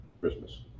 Christmas